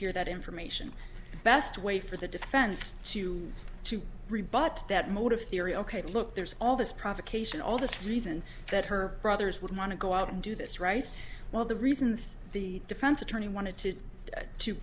hear that information best way for the defense to to rebut that motive theory ok look there's all this provocation all the reason that her brothers would want to go out and do this right well the reasons the defense attorney wanted to to